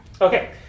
Okay